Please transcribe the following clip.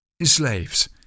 slaves